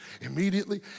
immediately